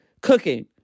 cooking